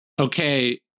okay